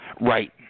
Right